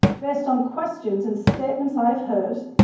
based on questions and statements i've heard,